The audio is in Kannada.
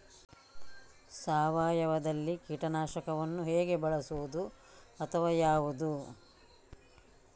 ಸಾವಯವದಲ್ಲಿ ಕೀಟನಾಶಕವನ್ನು ಹೇಗೆ ಬಳಸುವುದು ಅಥವಾ ಯಾವುದು?